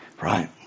right